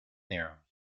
theorem